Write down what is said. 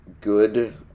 Good